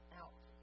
out